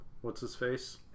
What's-his-face